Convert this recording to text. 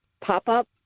pop-up